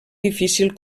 difícil